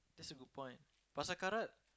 that's a good point Pasar-Karat